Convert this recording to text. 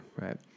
right